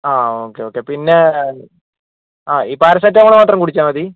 ആ okay okay പിന്നേ ആ ഈ പാരസെറ്റാമോള് മാത്രം കുടിച്ചാൽ മതി